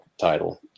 title